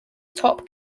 top